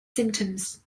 symptoms